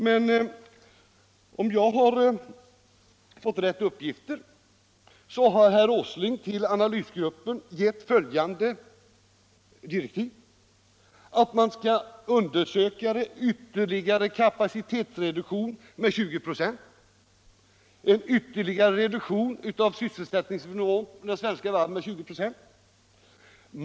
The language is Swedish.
Men om jag har fått riktiga uppgifter, har herr Åsling lämnat analysgruppen följande direktiv. Man skall undersöka möjligheterna till en ytterligare kapacitetsreduktion med 20 96 107 och till en ytterligare sänkning av sysselsättningsnivån vid de svenska varven med 20 96.